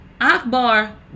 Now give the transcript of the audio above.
Akbar